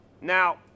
Now